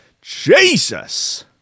Jesus